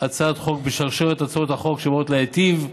הצעת חוק בשרשרת הצעות החוק שבאות להיטיב,